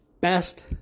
best